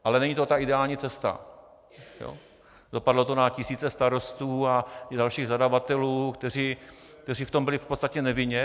Ale není to ta ideální cesta, dopadlo to na tisíce starostů i dalších zadavatelů, kteří v tom byli v podstatě nevinně.